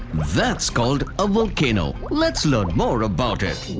that's called a volcano! let's learn more about it.